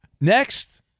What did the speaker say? Next